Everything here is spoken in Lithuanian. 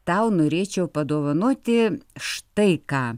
tau norėčiau padovanoti štai ką